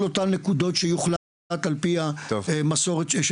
אותן נקודות שיוחלט על פי המסורת של